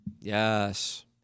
yes